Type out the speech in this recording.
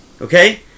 Okay